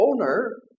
owner